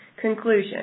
Conclusion